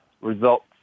results